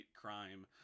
crime